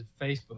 Facebook